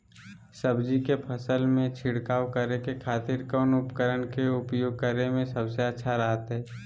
सब्जी के फसल में छिड़काव करे के खातिर कौन उपकरण के उपयोग करें में सबसे अच्छा रहतय?